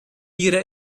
ihre